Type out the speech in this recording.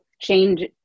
change